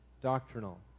doctrinal